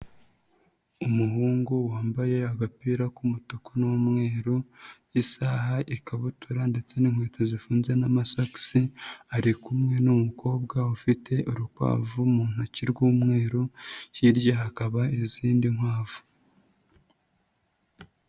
Umuhungu wambaye agapira k'umutuku n'umweru, isaha, ikabutura ndetse n'inkweto zifunze n'amasogisi, ari kumwe n'umukobwa ufite urukwavu mu ntoki rw'umweru, hirya hakaba izindi nkwavu.